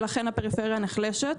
ולכן הפריפריה נחלשת.